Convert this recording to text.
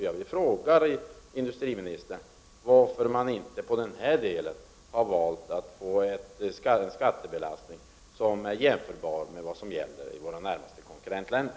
Jag vill fråga industriministern varför man på detta område inte har valt en skattebelastning som är jämförbar med vad som gäller i våra närmaste konkurrentländer.